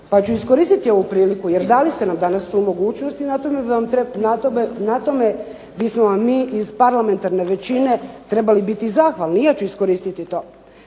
pa ću iskoristiti ovu priliku, jer dali ste nam danas tu mogućnost i na tome bismo vam mi iz parlamentarne većine trebali biti zahvalni, i ja ću iskoristiti to.